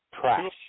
trash